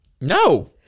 no